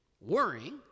Worrying